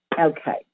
Okay